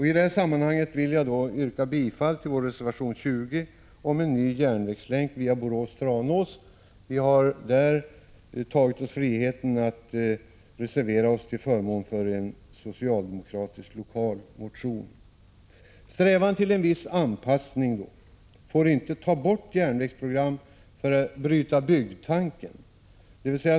I det här sammanhanget vill jag yrka bifall till vår reservation 20 om en ny järnvägslänk via Borås-Tranås. Vi har där tagit oss friheten att reservera oss till förmån för en socialdemokratisk lokal motion. Strävan till en viss anpassning får inte ta bort järnvägsprogram för ”bryta bygd”-tanken.